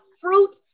fruit